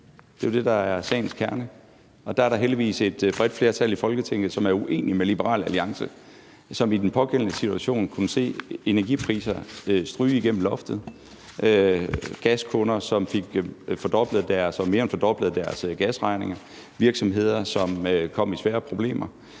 Det er jo det, der er sagens kerne, og der er der heldigvis et bredt flertal i Folketinget, som er uenig med Liberal Alliance, og som i den pågældende situation kunne se energipriser stryge igennem loftet, gaskunder, som fik deres gasregninger mere end fordoblet, og virksomheder, som kom i svære problemer.